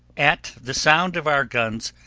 at the sound of our guns,